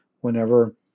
whenever